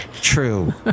True